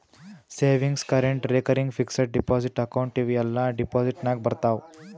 savings, current, recurring, fixed deposit account ಇವೂ ಎಲ್ಲಾ deposit ನಾಗೆ ಬರ್ತಾವ್